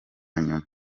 nyuma